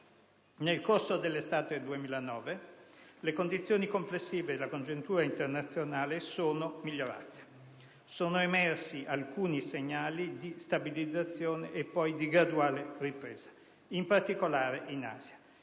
Nel corso dell'estate 2009 le condizioni complessive e la congiuntura internazionale sono migliorate. Sono emersi alcuni segnali di stabilizzazione e poi di graduale ripresa, in particolare in Asia.